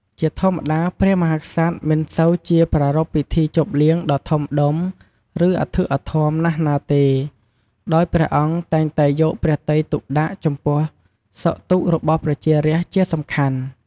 ជាធម្មតា ព្រះមហាក្សត្រ មិនសូវជា ប្រារព្ធពិធីជប់លៀងដ៏ធំដុំ ឬ អធិកអធម ណាស់ណាទេ ដោយ ព្រះអង្គតែងតែយកព្រះទ័យទុកដាក់ ចំពោះ សុខទុក្ខ របស់ប្រជារាស្ត្រជាសំខាន់។